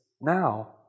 now